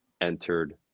entered